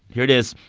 here it is.